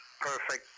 perfect